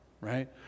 right